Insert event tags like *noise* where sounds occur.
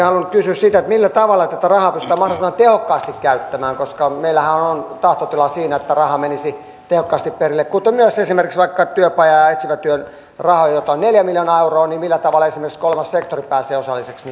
*unintelligible* halunnut kysyä millä tavalla tätä rahaa pystytään mahdollisimman tehokkaasti käyttämään koska meillähän on tahtotila siinä että raha menisi tehokkaasti perille kuten myös esimerkiksi työpaja ja etsivän työn rahoista joita on neljä miljoonaa euroa kolmas sektori pääsee osalliseksi *unintelligible*